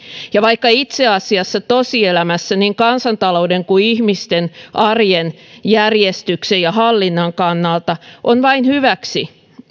ja vaikka itse asiassa tosielämässä niin kansantalouden kuin ihmisten arjen järjestyksen ja hallinnan kannalta on vain hyväksi